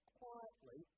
quietly